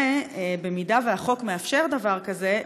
3. אם החוק מאפשר דבר כזה,